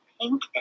pink